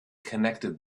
connected